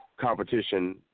competition